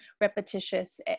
repetitious